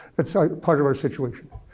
that's part of our situation.